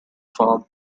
farm